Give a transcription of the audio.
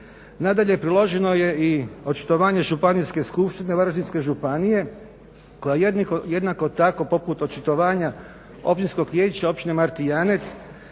Nadalje, priloženo je i očitovanje Županijske skupštine Varaždinske županije koja jednako tako poput očitovanja Općinskog vijeća općine Martijanec